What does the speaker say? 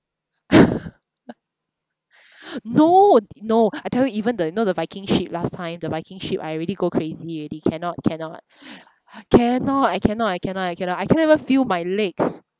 no no I tell you even the you know the viking ship last time the viking ship I already go crazy already cannot cannot cannot I cannot I cannot I cannot I cannot even feel my legs